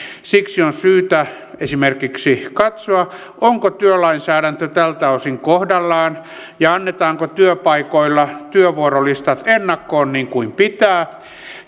siksi on syytä esimerkiksi katsoa onko työlainsäädäntö tältä osin kohdallaan ja annetaanko työpaikoilla työvuorolistat ennakkoon niin kuin pitää